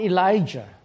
Elijah